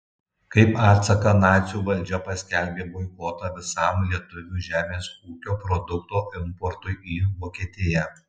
kaip atsaką nacių valdžia paskelbė boikotą visam lietuvių žemės ūkio produktų importui į vokietiją